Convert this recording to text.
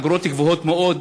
האגרות גבוהות מאוד.